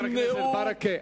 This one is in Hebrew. חבר הכנסת ברכה,